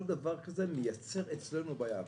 כל דבר כזה מייצר אצלנו בעיה.